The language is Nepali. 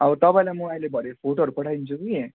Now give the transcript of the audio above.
अब तपाँईलाई म अहिले भरे फोटोहरू पठाइदिन्छु कि